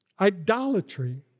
idolatry